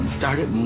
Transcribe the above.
started